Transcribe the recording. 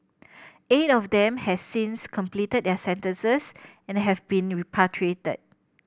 eight of them has since completed their sentences and have been repatriated